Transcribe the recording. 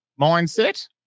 mindset